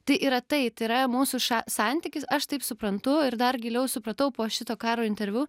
tai yra tai tai yra mūsų santykis aš taip suprantu ir dar giliau supratau po šito karo interviu